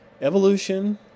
evolution